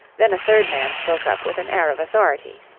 then a third man spoke up with an air of authority.